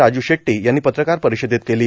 राजू शेट्टी यांनी पत्रकार परीषदेत केली